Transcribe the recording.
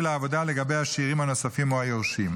לעבודה לגבי השאירים הנוספים או היורשים.